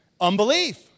Unbelief